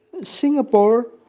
Singapore